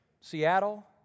Seattle